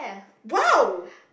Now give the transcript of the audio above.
!wow!